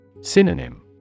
Synonym